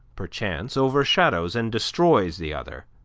perchance, overshadows and destroys the other.